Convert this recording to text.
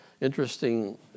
interesting